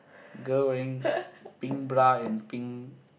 girl wearing pink bra and pink